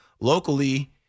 locally